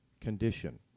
condition